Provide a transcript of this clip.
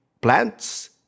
plants